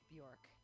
Bjork